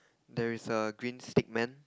there is a green stickman